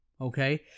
Okay